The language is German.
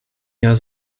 jahr